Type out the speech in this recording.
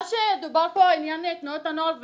מה שדובר פה על שנת ההגשמה של תנועות הנוער,